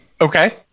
Okay